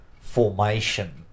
formation